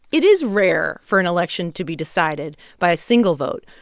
it is rare for an election to be decided by a single vote.